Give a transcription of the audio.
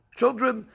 children